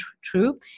true